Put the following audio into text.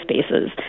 spaces